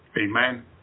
amen